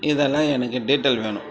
இதெல்லாம் எனக்கு டீடைல் வேணும்